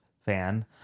fan